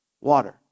water